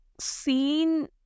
seen